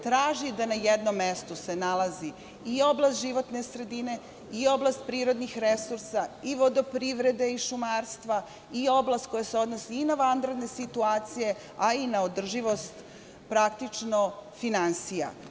Traži da se na jednom mestu nalazi i oblast životne sredine, i oblast prirodnih resursa, i vodoprivreda, šumarstva i oblast koja se odnosi i na vanredne situacija, i na održivost finansija.